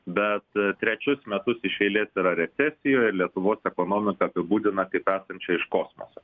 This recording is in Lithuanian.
bet trečius metus iš eilės yra recesijoje ir lietuvos ekonomiką apibūdina kaip esančią iš kosmoso